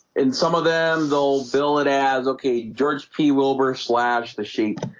and some of them though bill it adds. okay george p wilbur slash the sheep.